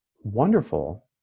wonderful